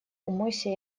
умойся